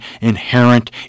inherent